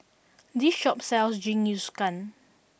this shop sells Jingisukan